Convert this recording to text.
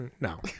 No